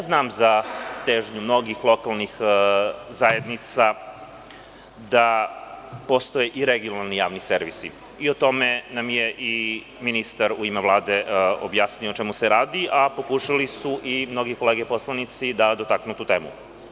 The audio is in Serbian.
Znam za težnju mnogih lokalnih zajednica da postoje i regionalni javni servisi i o tome nam je i ministar u ime Vlade objasnio o čemu se radi, a pokušali su i mnoge kolege poslanici da dotaknu tu temu.